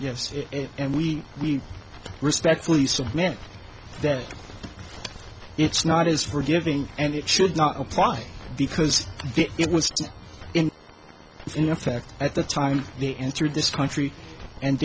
yes and we we respectfully submit that it's not as forgiving and it should not apply because it was in in effect at the time they entered this country and